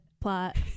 plot